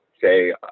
say